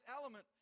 element